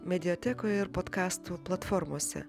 mediatekoje ir podkastų platformose